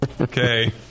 Okay